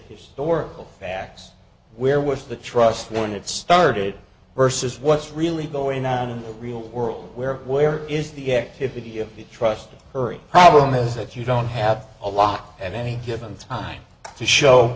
of facts where was the trust when it started versus what's really going on in the real world where where is the activity of trust her problem is if you don't have a lock at any given time to show